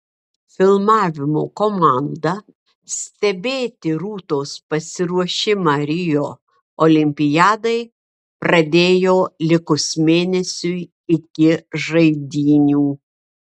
filmavimo komanda stebėti rūtos pasiruošimą rio olimpiadai pradėjo likus mėnesiui iki žaidynių